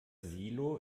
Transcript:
silo